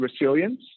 resilience